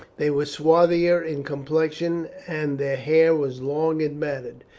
they were swarthier in complexion, and their hair was long and matted.